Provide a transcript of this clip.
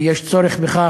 יש צורך בכך.